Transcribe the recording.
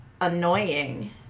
annoying